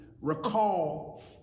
recall